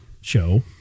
show